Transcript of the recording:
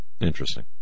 Interesting